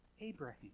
Abraham